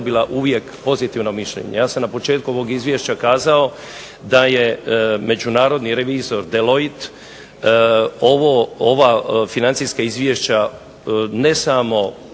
dobila uvijek pozitivno mišljenje. Ja sam na početku ovog Izvješća kazao da je međunarodni revizor DeLoit ova financijska izvješća ne samo